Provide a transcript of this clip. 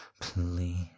please